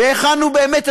והכנו, באמת,